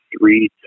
three